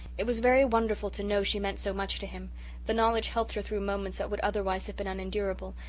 it was very wonderful to know she meant so much to him the knowledge helped her through moments that would otherwise have been unendurable,